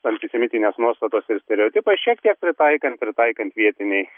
antisemitinės nuostatos ir stereotipai šiek tiek pritaikan pritaikan vietiniai